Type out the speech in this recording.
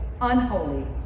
unholy